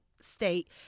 state